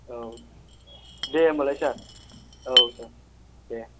औ दे होनबालाय सार औ सार दे